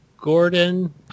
Gordon